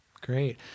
great